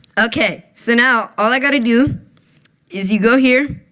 ok, so now all i got to do is you go here,